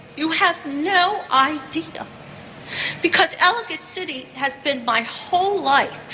you have no idea because ellicott city has been my whole life.